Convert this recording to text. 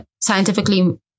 scientifically